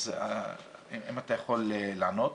אם אתה יכול לענות.